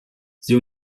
sie